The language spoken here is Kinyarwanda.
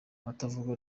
abatavuga